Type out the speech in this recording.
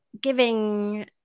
giving